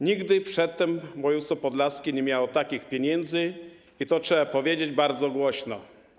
Nigdy przedtem województwo podlaskie nie miało takich pieniędzy i to trzeba powiedzieć bardzo głośno.